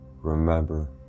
remember